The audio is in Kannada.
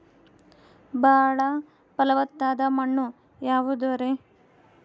ಬಾಳ ಫಲವತ್ತಾದ ಮಣ್ಣು ಯಾವುದರಿ?